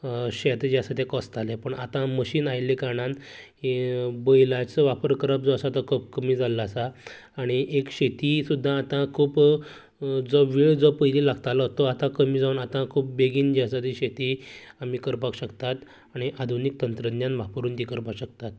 शेत जे आसा कोंसताले पूण आता मशीन आयल्ल्या कारणान ही बैलांचो वापर करप जो आसा तो खूब कमी जाल्लो आसा आनी एक शेती सुद्दां आता खूब जो वेळ जो पयलीं लागतालो तो कमी जावन आता खूब बेगीन जे आसा शेती आमी करपाक शकतात आनी आधुनीक तंत्र गिन्यान करपाक शकता